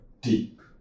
deep